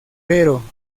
pero